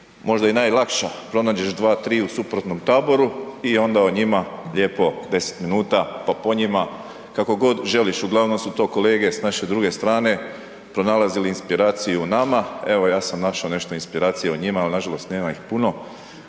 možda i najlakša, pronađeš dva, tri u suprotnom taboru i onda o njima lijepo deset minuta pa po njima kako god želiš. Uglavnom su to kolege s naše druge strane pronalazili inspiraciju u nama, evo ja sam nešto inspiracije u njima, ali nažalost nema ih puno